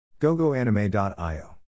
GoGoAnime.io